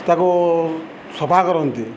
ତାକୁ ସଫା କରନ୍ତି